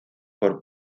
por